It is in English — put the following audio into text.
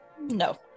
No